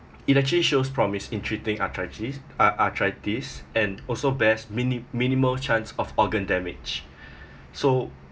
it actually shows promise in treating arthritis a~ a~ arthritis and also best minim~ minimal chance of organ damaged so